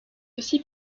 aussi